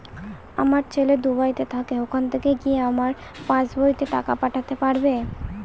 আমার ছেলে দুবাইতে থাকে ওখান থেকে কি আমার পাসবইতে টাকা পাঠাতে পারবে?